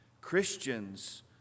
Christians